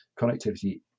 connectivity